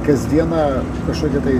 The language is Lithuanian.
kasdieną kažkokia tai